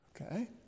Okay